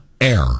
air